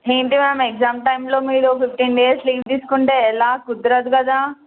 ఏంటి ma'am exam టైంలో మీరు ఫిఫ్టీన్ డేస్ లీవ్ తీసుకుంటే ఎలా కుదరదు కదా